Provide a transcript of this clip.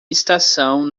estação